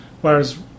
whereas